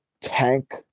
tank